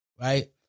Right